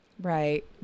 right